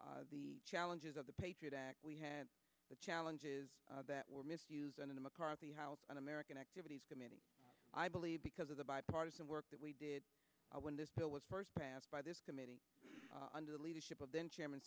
had the challenges of the patriot act we had the challenges that were misuse and in the mccarthy house un american activities committee i believe because of the bipartisan work that we did when this bill was first passed by this committee under the leadership of then chairman